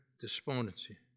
despondency